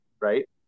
right